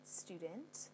student